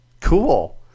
Cool